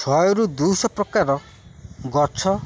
ଶହେରୁ ଦୁଇଶହ ପ୍ରକାରର ଗଛ